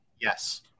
Yes